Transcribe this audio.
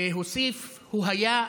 והוסיף: הוא היה עשוי,